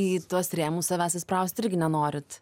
į tuos rėmus savęs įsprausti irgi nenorit